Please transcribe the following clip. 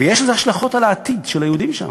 ויש לזה השלכות על העתיד של היהודים שם.